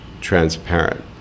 transparent